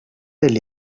del